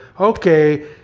okay